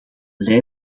lijn